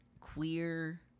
queer